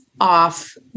off